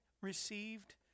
received